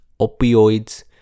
Opioids